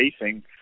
facing